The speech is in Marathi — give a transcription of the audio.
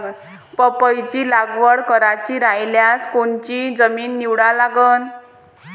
पपईची लागवड करायची रायल्यास कोनची जमीन निवडा लागन?